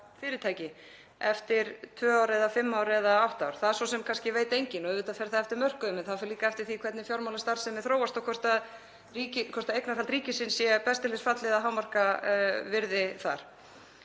fyrirtæki eftir tvö ár eða fimm ár eða átta ár. Það svo sem veit kannski enginn. Auðvitað fer það eftir mörkuðum en það fer líka eftir því hvernig fjármálastarfsemi þróast og hvort eignarhald ríkisins sé best til þess fallið að hámarka virði þar.